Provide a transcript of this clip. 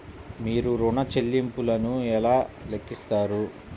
మీరు ఋణ ల్లింపులను ఎలా లెక్కిస్తారు?